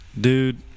dude